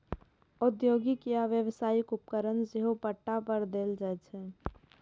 औद्योगिक या व्यावसायिक उपकरण सेहो पट्टा पर देल जाइ छै